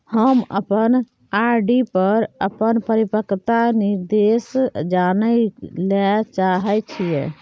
हम अपन आर.डी पर अपन परिपक्वता निर्देश जानय ले चाहय छियै